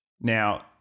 now